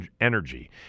energy